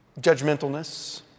judgmentalness